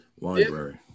library